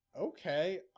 okay